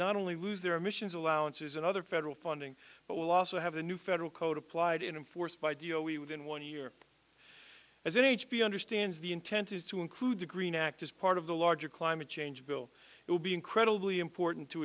not only lose their emissions allowances and other federal funding but will also have a new federal code applied in force by d o a within one year as an h p understands the intent is to include the green act as part of the larger climate change bill will be incredibly important to